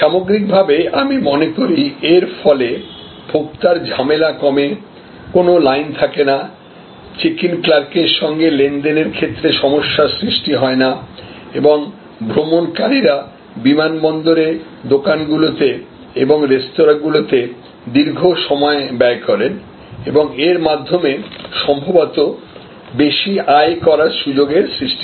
সামগ্রিকভাবে আমি মনে করি এর ফলে ভোক্তার ঝামেলা কমে কোন লাইন থাকে না চেক ইন্ ক্লার্কের সঙ্গে লেনদেনের ক্ষেত্রে সমস্যা সৃষ্টি হয় না এবং ভ্রমণকারীরা বিমানবন্দরে দোকানগুলিতে এবং রেস্তোঁরাগুলিতে দীর্ঘ সময় ব্যয় করেন এবং এর মাধ্যমে সম্ভবত বেশি আয় করার সুযোগের সৃষ্টি হয়